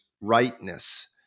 rightness